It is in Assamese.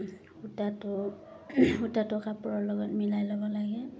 সূতাটো সূতাটো কাপোৰৰ লগত মিলাই ল'ব লাগে